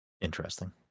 Interesting